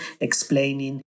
explaining